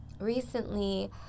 Recently